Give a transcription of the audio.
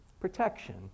Protection